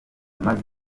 maze